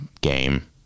game